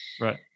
Right